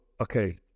okay